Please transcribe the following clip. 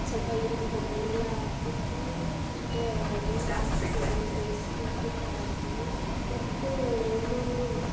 ಸ್ವಲ್ಪ ಈರುಳ್ಳಿ ಒಗ್ರೆಣೆ ಎಲ್ಲ ಹಾಕ್ಬಿಟ್ಟೂ ಇಟಾ ನೀರು ಹಾಕ್ಬಿಟ್ಟು ಅದನ್ನು ಬೇಯಿಸಿ ಉಪ್ಪಿಟ್ಟನ್ನ ಮಾಡ್ತೀವಿ ಮತ್ತು ಇನ್ನೊಂದು